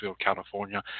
California